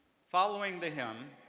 following the hymn,